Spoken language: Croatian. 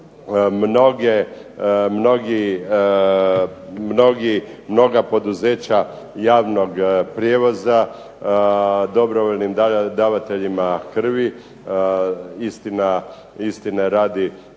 mnoga poduzeća javnog prijevoza dobrovoljnim davateljima krvi, istine radi